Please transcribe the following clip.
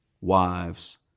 wives